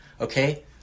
Okay